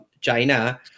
China